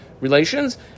relations